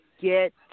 get